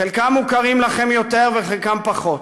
חלקם מוכרים לכם יותר וחלקם פחות,